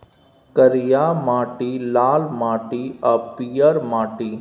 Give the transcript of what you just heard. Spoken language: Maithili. करिया माटि, लाल माटि आ पीयर माटि